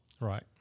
Right